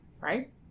right